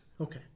Okay